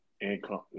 income